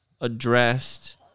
addressed